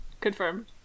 Confirmed